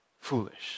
foolish